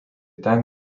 ten